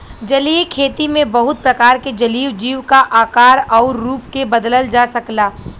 जलीय खेती में बहुत प्रकार के जलीय जीव क आकार आउर रूप के बदलल जा सकला